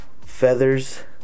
feathers